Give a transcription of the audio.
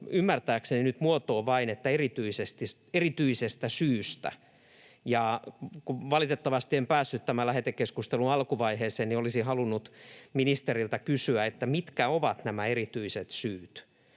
ymmärtääkseni nyt vain muotoon ”erityisestä syystä”. Valitettavasti en päässyt tämän lähetekeskustelun alkuvaiheeseen, mutta olisin halunnut ministeriltä kysyä, mitkä ovat nämä erityiset syyt.